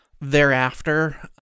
thereafter